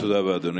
תודה רבה, אדוני.